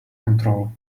control